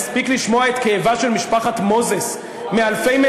מספיק לשמוע את כאבה של משפחת מוזס מאלפי-מנשה,